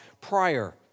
prior